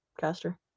Caster